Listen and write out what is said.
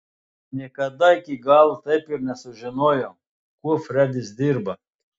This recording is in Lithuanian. niekada iki galo taip ir nesužinojau kuo fredis dirba